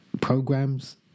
programs